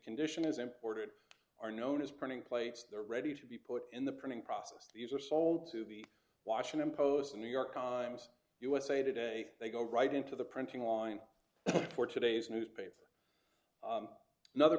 condition is imported are known as printing plates they're ready to be put in the printing process these are sold to the washington post new york times usa today they go right into the printing line for today's newspaper another